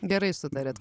gerai sutariat